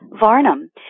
Varnum